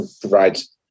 provides